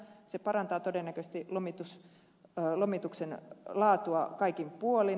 se parantaa todennäköisesti lomituksen laatua kaikin puolin